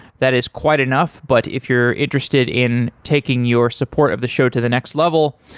that is quite enough, but if you're interested in taking your support of the show to the next level,